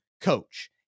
coach